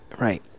right